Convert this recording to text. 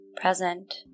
present